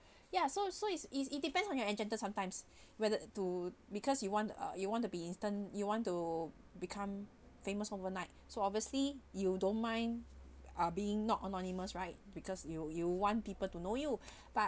ya so so is it depends on your agenda sometimes weather to because you want uh you want to be instant you want to become famous overnight so obviously you don't mind uh being not anonymous right because you you want people to know you but